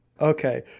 Okay